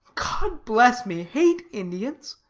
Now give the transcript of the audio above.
god bless me hate indians?